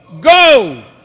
go